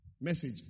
Message